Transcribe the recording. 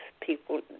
people